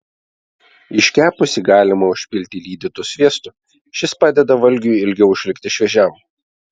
iškepusį galima užpilti lydytu sviestu šis padeda valgiui ilgiau išlikti šviežiam